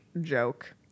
Joke